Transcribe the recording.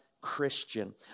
Christian